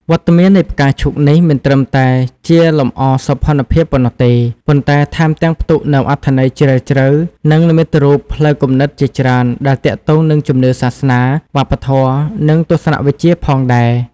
វត្តមាននៃផ្កាឈូកនេះមិនត្រឹមតែជាលម្អសោភ័ណភាពប៉ុណ្ណោះទេ ប៉ុន្តែថែមទាំងផ្ទុកនូវអត្ថន័យជ្រាលជ្រៅ និងនិមិត្តរូបផ្លូវគំនិតជាច្រើនដែលទាក់ទងនឹងជំនឿសាសនា វប្បធម៌ និងទស្សនវិជ្ជាផងដែរ។